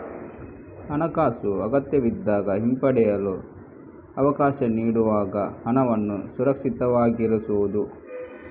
ಹಣಾಕಾಸು ಅಗತ್ಯವಿದ್ದಾಗ ಹಿಂಪಡೆಯಲು ಅವಕಾಶ ನೀಡುವಾಗ ಹಣವನ್ನು ಸುರಕ್ಷಿತವಾಗಿರಿಸುವುದು